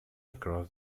across